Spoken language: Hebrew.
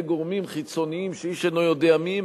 גורמים חיצוניים שאיש אינו יודע מי הם,